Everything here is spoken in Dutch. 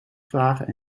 vragen